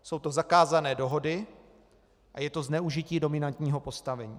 Jsou to zakázané dohody a je to zneužití dominantního postavení.